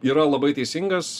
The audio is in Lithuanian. yra labai teisingas